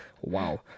Wow